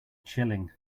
chilling